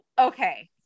okay